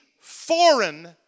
foreign